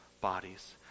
bodies